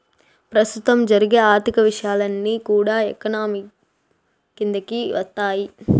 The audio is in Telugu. ప్రస్తుతం జరిగే ఆర్థిక విషయాలన్నీ కూడా ఎకానమీ కిందికి వత్తాయి